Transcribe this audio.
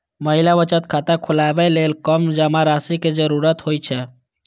महिला बचत खाता खोलबै लेल कम जमा राशि के जरूरत होइ छै